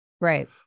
Right